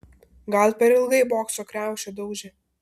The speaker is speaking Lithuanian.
gal per ilgai bokso kriaušę daužė